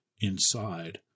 inside